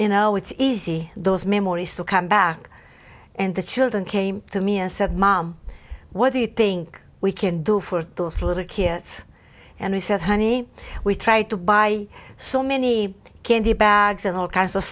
you know it's easy those memories still come back and the children came to me and said mom what do you think we can do for those little kids and he said honey we tried to buy so many candy bags and all kinds of